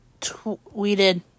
tweeted